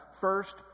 first